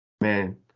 man